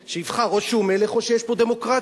שיבחר, או שהוא מלך או שיש פה דמוקרטיה.